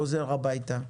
חוזר הביתה,